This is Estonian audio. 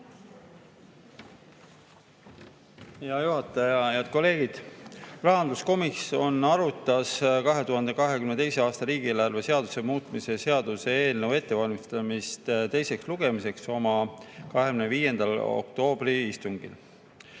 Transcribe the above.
Hea juhataja! Head kolleegid! Rahanduskomisjon arutas 2022. aasta riigieelarve seaduse muutmise seaduse eelnõu ettevalmistamist teiseks lugemiseks oma 25. oktoobri istungil.